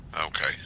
Okay